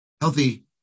healthy